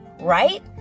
right